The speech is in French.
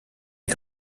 est